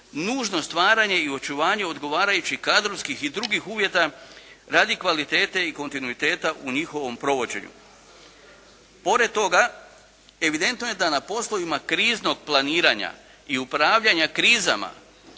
nužno stvaranje i očuvanje odgovarajućih kadrovskih i drugih uvjeta radi kvalitete i kontinuiteta u njihovom provođenju. Pored toga evidentno je da na poslovima kriznog planiranja i upravljanja krizama